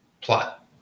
plot